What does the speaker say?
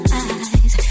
eyes